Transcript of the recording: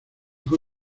fue